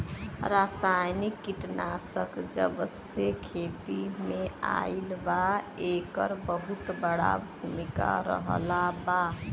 रासायनिक कीटनाशक जबसे खेती में आईल बा येकर बहुत बड़ा भूमिका रहलबा